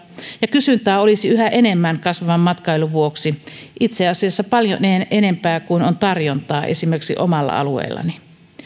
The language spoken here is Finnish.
ja kysyntää olisi yhä enemmän kasvavan matkailun vuoksi itse asiassa paljon enemmän kuin on tarjontaa esimerkiksi omalla alueellani